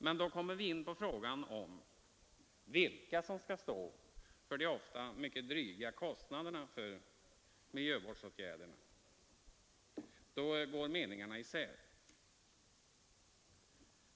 Men då vi kommer in på frågan, vilka som skall stå för de ofta mycket dryga kostnaderna för miljövårdsåtgärderna, går meningarna isär.